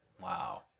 Wow